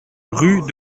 rue